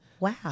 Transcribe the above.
Wow